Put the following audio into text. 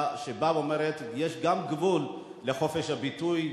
שבאה ואומרת: יש גם גבול לחופש הביטוי,